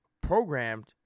programmed